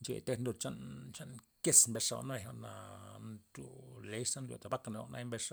Ncheya tejna lud chan- chan kes mbesxa jwa'n, jwa'na nryo lex za nryo lad baka neo naya mbes